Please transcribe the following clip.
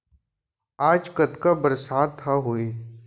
आज कतका बरसात ह होही?